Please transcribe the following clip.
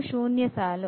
ಇದು ಶೂನ್ಯ ಸಾಲು